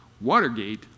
Watergate